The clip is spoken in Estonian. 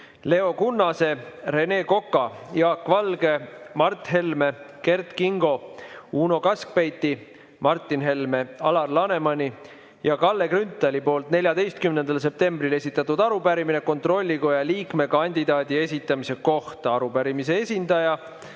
Leo Kunnase, Rene Koka, Jaak Valge, Mart Helme, Kert Kingo, Uno Kaskpeiti, Martin Helme, Alar Lanemani ja Kalle Grünthali poolt 14. septembril esitatud arupärimine kontrollikoja liikme kandidaadi esitamise kohta. Arupärijate esindaja,